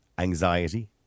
anxiety